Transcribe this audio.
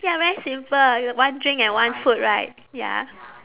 ya very simple one drink and one food right ya